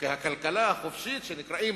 חוקי הכלכלה החופשית כפי שהם נקראים,